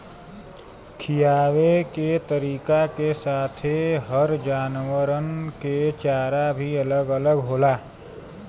खिआवे के तरीका के साथे हर जानवरन के चारा भी अलग होला